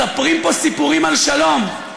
מספרים פה סיפורים על שלום.